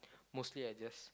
mostly I just